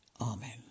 Amen